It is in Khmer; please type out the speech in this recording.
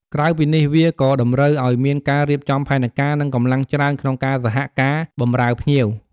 ផ្ដល់ព័ត៌មាន និងជំនួយចាំបាច់ ពុទ្ធបរិស័ទអាចជាអ្នកផ្ដល់ ព័ត៌មានទាក់ទងនឹងកម្មវិធីបុណ្យ កាលវិភាគ ឬកន្លែងផ្សេងៗនៅក្នុងបរិវេណវត្ត ដូចជាបន្ទប់ទឹក កន្លែងដាក់អីវ៉ាន់ជាដើម។